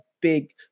Big